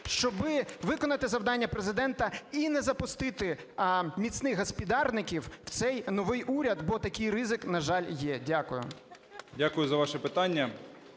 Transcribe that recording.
щоби виконати завдання Президента і не запустити "міцних госпідарників" в цей новий уряд, бо такий ризик, на жаль, є. Дякую. 17:36:06 ШМИГАЛЬ Д.А.